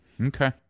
Okay